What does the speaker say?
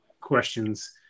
questions